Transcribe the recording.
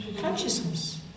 Consciousness